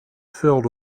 filled